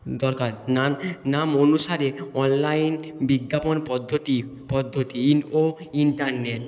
দরকার নান নাম অনুসারে অনলাইন বিজ্ঞাপন পদ্ধতি পদ্ধতি ইন ও ইন্টারনেট